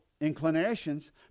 inclinations